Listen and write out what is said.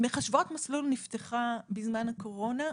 תוכנית מחשבות מסלול מחדש נפתחה בזמן הקורונה,